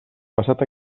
passat